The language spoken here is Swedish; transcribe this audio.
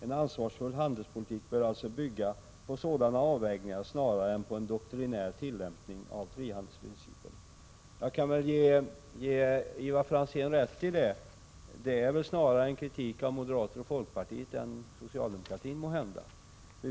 En ansvarsfull handelspolitik bör alltså bygga på sådana avvägningar snarare än på en doktrinär tillämpning av frihandelsprincipen.” Jag kan instämma i det som sägs här, som måhända snarare innebär en kritik mot moderata samlingspartiet och folkpartiet än mot socialdemokratin.